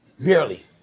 Barely